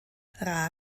rar